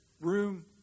room